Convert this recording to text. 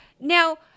Now